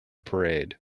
parade